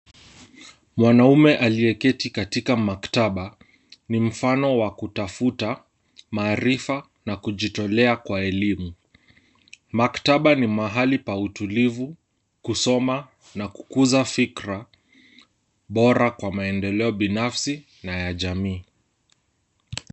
Mwanaume aliyeketi katika maktaba, ni mfano wa kutafuta maarifa na kujitolea kwa elimu .Maktaba ni mahali pa utulivu, kusoma, na kukuza fikra bora kwa maendeleo binafsi na ya jamii.